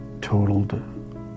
totaled